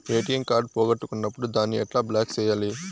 ATM card పోగొట్టుకున్నప్పుడు దాన్ని ఎట్లా బ్లాక్ సేయాలి